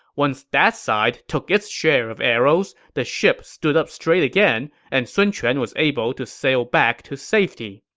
once that side took it share of arrows, the ship stood up straight again, and sun quan was able to sail back to safety.